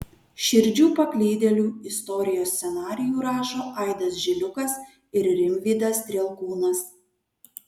širdžių paklydėlių istorijos scenarijų rašo aidas žiliukas ir rimvydas strielkūnas